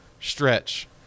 stretch